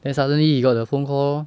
then suddenly he got the phone call lor